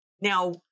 Now